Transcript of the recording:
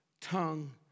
tongue